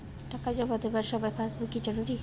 টাকা জমা দেবার সময় পাসবুক কি জরুরি?